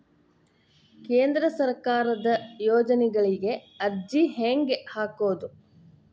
ಕೇಂದ್ರ ಸರ್ಕಾರದ ಯೋಜನೆಗಳಿಗೆ ಅರ್ಜಿ ಹೆಂಗೆ ಹಾಕೋದು?